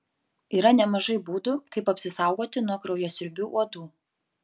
yra nemažai būdų kaip apsisaugoti nuo kraujasiurbių uodų